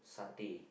satay